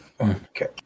Okay